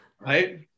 Right